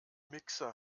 mixer